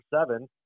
seven